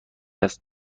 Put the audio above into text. داشته